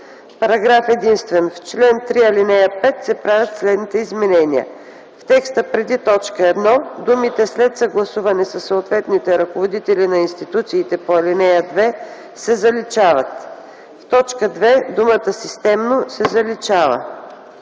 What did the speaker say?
„Параграф единствен. В чл. 3, ал. 5 се правят следните изменения: 1. В текста преди т. 1 думите „след съгласуване със съответните ръководители на институциите по ал. 2” се заличават. 2. В т. 2 думата „системно” се заличава.”